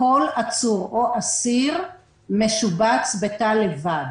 כל עצור או אסיר משובץ בתא לבד.